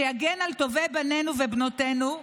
שיגן על טובי בנינו ובנותינו,